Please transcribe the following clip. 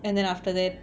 and then after that